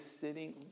sitting